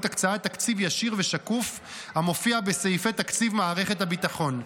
הקצאת תקציב ישיר ושקוף המופיע בסעיפי תקציב מערכת הביטחון.